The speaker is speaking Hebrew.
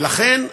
ולכן,